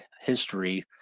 history